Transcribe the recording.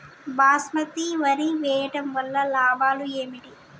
బాస్మతి వరి వేయటం వల్ల లాభాలు ఏమిటి?